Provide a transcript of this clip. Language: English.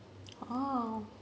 oh